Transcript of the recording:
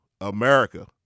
America